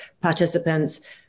participants